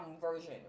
version